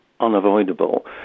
unavoidable